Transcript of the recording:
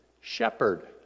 Shepherd